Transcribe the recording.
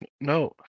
No